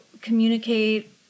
communicate